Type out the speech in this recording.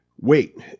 wait